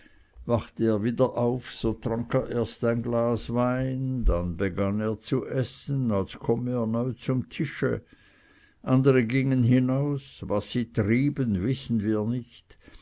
wachte er wieder auf so trank er erst ein glas wein dann begann er zu essen als komme er neu zum tisch andere gingen hinaus was sie trieben wissen wir nicht